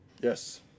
Yes